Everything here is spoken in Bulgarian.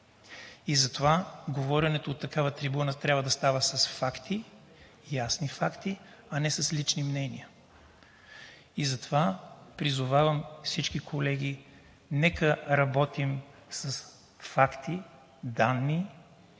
Затова говоренето от такава трибуна трябва да става с факти, ясни факти, а не с лични мнения. Затова призовавам всички колеги: нека работим с факти и данни,